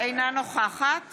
אינה נוכחת